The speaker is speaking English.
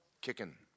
Kicking